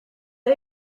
are